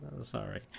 Sorry